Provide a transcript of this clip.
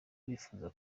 bifuza